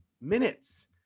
minutes